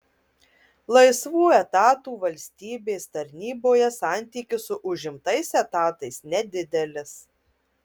laisvų etatų valstybės tarnyboje santykis su užimtais etatais nedidelis